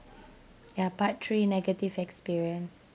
ya part three negative experience